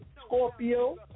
Scorpio